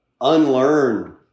unlearn